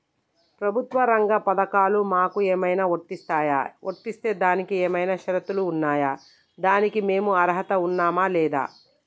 ప్రభుత్వ రంగ పథకాలు మాకు ఏమైనా వర్తిస్తాయా? వర్తిస్తే దానికి ఏమైనా షరతులు ఉన్నాయా? దానికి మేము అర్హత ఉన్నామా లేదా?